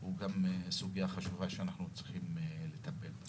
הוא גם סוגיה חשובה שאנחנו צריכים לטפל בה.